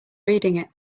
reading